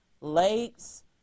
lakes